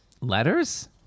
letters